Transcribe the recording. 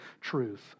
truth